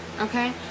okay